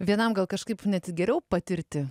vienam gal kažkaip net geriau patirti